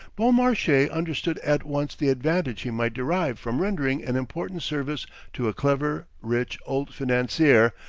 beaumarchais understood at once the advantage he might derive from rendering an important service to a clever, rich, old financier,